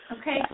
Okay